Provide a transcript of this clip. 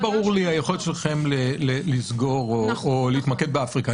ברורה לי היכולת שלכם לסגור או להתמקד באפריקה.